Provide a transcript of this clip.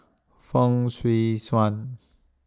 Fong Swee Suan